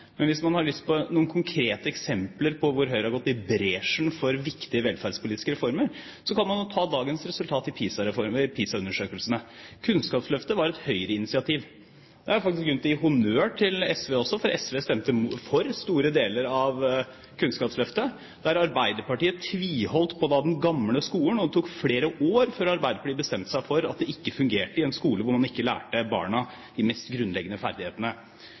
Men hvis man har lyst på noen konkrete eksempler på at Høyre har gått i bresjen for viktige velferdspolitiske reformer, kan man ta dagens resultat i PISA-undersøkelsene. Kunnskapsløftet var et Høyre-initiativ. Det er faktisk grunn til å gi honnør til SV også, for SV stemte for store deler av Kunnskapsløftet der Arbeiderpartiet tviholdt på den gamle skolen, og det tok flere år før Arbeiderpartiet bestemte seg for at det ikke fungerte i en skole der man ikke lærte barna de mest grunnleggende ferdighetene.